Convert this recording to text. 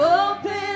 open